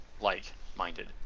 like-minded